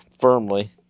firmly